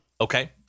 Okay